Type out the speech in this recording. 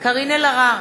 קארין אלהרר,